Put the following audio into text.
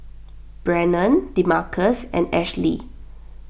Brannon Demarcus and Ashli